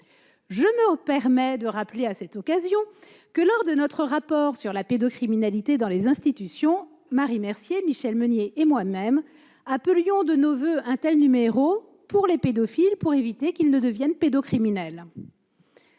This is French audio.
Je me permets de rappeler, à cette occasion, que, dans le cadre de notre rapport sur la pédocriminalité dans les institutions, Marie Mercier, Michel Meunier et moi-même appelions de nos voeux un tel numéro pour les pédophiles, afin d'éviter que ceux-ci ne deviennent pédocriminels.